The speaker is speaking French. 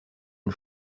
une